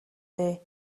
дээ